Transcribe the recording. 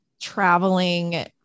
traveling